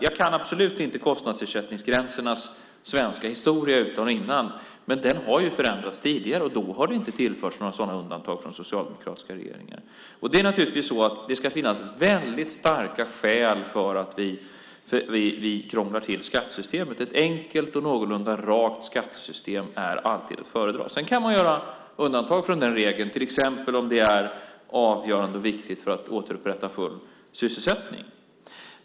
Jag kan absolut inte kostnadsersättningarnas svenska historia utan och innan. Men de har förändrats tidigare, och då har det inte tillförts några sådana undantag från socialdemokratiska regeringar. Det ska naturligtvis finnas väldigt starka skäl för att vi ska krångla till skattesystemet. Ett enkelt och någorlunda rakt skattesystem är alltid att föredra. Sedan kan man göra undantag från den regeln, till exempel om det är avgörande och viktigt för att återupprätta full sysselsättning.